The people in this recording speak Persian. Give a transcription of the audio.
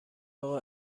اقا